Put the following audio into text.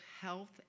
health